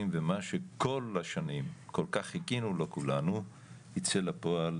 ומה שכל השנים כל כך חיכינו לו כולנו ייצא לפועל,